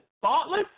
thoughtless